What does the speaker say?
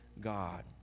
God